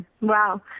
Wow